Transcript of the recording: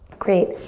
great.